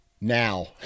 now